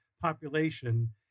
population